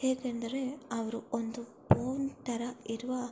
ಹೇಗೆಂದರೆ ಅವರು ಒಂದು ಬೋನು ಥರ ಇರುವ